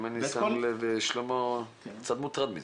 אם אני שם לב, שלמה, אתה קצת מוטרד מזה.